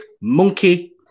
Monkey